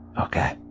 Okay